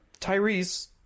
Tyrese